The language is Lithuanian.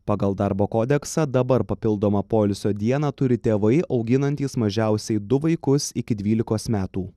pagal darbo kodeksą dabar papildomą poilsio dieną turi tėvai auginantys mažiausiai du vaikus iki dvylikos metų